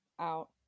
out